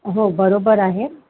हो बरोबर आहे